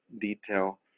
detail